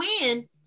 win